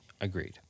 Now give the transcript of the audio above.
Agreed